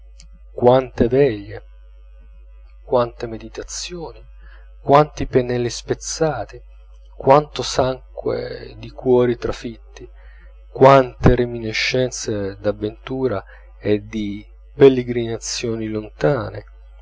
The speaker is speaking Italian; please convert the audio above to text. quante veglie quante meditazioni quanti pennelli spezzati quanto sangue di cuori trafitti quante reminiscenze d'avventure e di pellegrinazioni lontane